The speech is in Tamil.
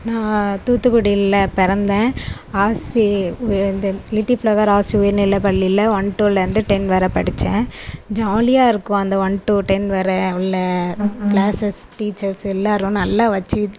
நான் தூத்துக்குடியில பிறந்தேன் அரசு வேந்தன் லிட்டில் ஃப்ளவர் அரசு உயர்நிலை பள்ளியில ஒன் டூவிலேருந்து டென் வரை படித்தேன் ஜாலியாக இருக்கும் அந்த ஒன் டூ டென் வரை உள்ள க்ளாஸஸ் டீச்சர்ஸ் எல்லோரும் நல்லா வச்சு